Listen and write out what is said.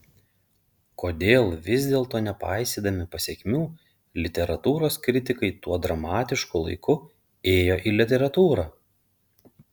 kodėl vis dėlto nepaisydami pasekmių literatūros kritikai tuo dramatišku laiku ėjo į literatūrą